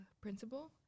principal